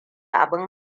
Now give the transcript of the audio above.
abin